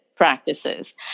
Practices